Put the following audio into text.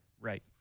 Right